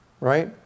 right